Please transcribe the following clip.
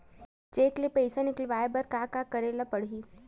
Cheque ले पईसा निकलवाय बर का का करे ल पड़हि?